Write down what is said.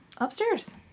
upstairs